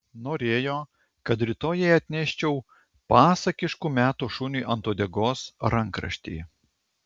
norėjo kad rytoj jai atneščiau pasakiškų metų šuniui ant uodegos rankraštį